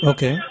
Okay